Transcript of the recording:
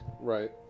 Right